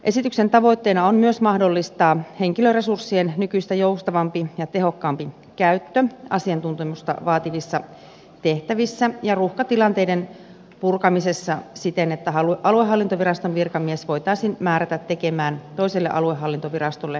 esityksen tavoitteena on myös mahdollistaa henkilöresurssien nykyistä joustavampi ja tehokkaampi käyttö asiantuntemusta vaativissa tehtävissä ja ruuhkatilanteiden purkamisessa siten että aluehallintoviraston virkamies voitaisiin määrätä tekemään toiselle aluehallintovirastolle kuuluvia tehtäviä